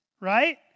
right